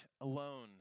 alone